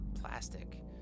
plastic